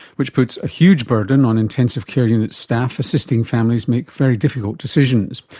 which puts a huge burden on intensive care unit staff assisting families make very difficult decisions.